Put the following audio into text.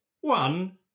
one